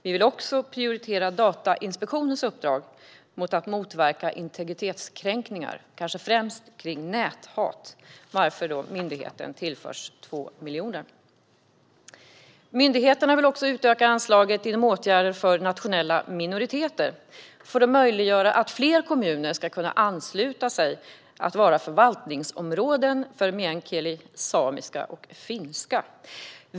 Vi vill också prioritera Datainspektionens uppdrag att motverka integritetskränkningar, främst när det gäller näthat, varför myndigheten tillförs 2 miljoner. Moderaterna vill också utöka anslaget inom området som rör åtgärder för nationella minoriteter för att göra det möjligt för fler kommuner att ansluta sig till förvaltningsområdena för meänkieli, samiska och finska.